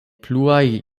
pluaj